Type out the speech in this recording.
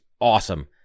awesome